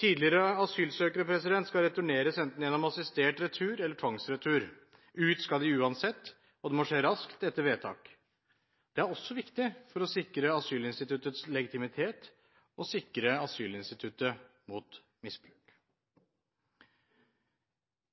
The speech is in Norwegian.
Tidligere asylsøkere skal returneres enten gjennom assistert retur eller tvangsretur. Ut skal de uansett, og det må skje raskt etter vedtak. Dette er også viktig for å sikre asylinstituttets legitimitet og sikre asylinstituttet mot misbruk.